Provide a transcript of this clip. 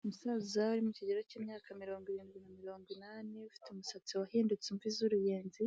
Umusaza wari ari mu kigero cy'imyaka mirongo irindwi na mirongo inani ufite umusatsi wahindutse imvi z'uruyenzi